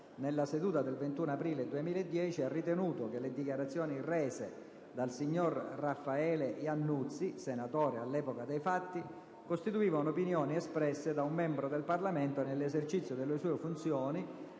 nella seduta del 21 aprile 2010, ha ritenuto che le dichiarazioni rese dal signor Raffaele Iannuzzi, senatore all'epoca dei fatti, costituivano opinioni espresse da un membro del Parlamento nell'esercizio delle sue funzioni